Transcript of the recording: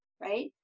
right